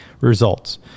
results